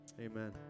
Amen